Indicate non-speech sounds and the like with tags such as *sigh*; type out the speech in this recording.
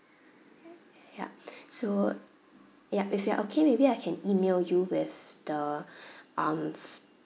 *noise* yup so yup if you are okay maybe I can email you with the um